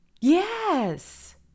Yes